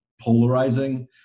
polarizing